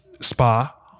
Spa